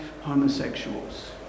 homosexuals